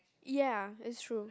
ya it's true